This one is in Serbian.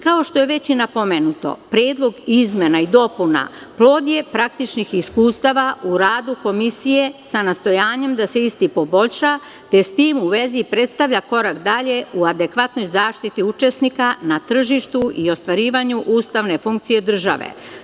Kao što je već napomenuto, Predlog izmena i dopuna plod je praktičnih iskustava u radu Komisije sa nastojanjem da se ista poboljša, te s tim u vezi predstavlja korak dalje u adekvatnoj zaštiti učesnika na tržištu i ostvarivanju ustavne funkcije države.